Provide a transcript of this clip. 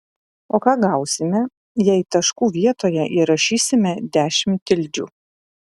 o ką gausime jei taškų vietoje įrašysime dešimt tildžių